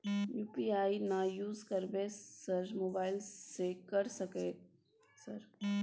UPI ना use करवाएं sir mobile से कर सके सर?